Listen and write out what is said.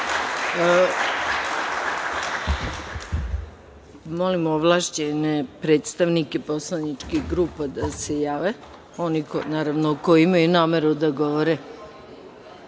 Hvala. Molim ovlašćene predstavnike poslaničkih grupa da se jave, oni koji imaju nameru da govore. To